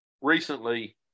recently